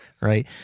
right